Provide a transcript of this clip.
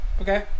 okay